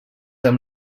amb